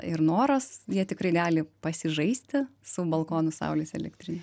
ir noras jie tikrai gali pasižaisti su balkonu saulės elektrine